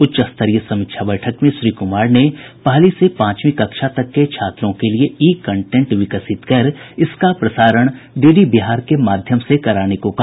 उच्च स्तरीय समीक्षा बैठक में श्री कुमार ने पहली से पांचवीं कक्षा तक के छात्रों के लिए ई कंटेंट विकसित कर इसका प्रसारण डीडी बिहार के माध्यम से कराने को कहा